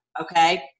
okay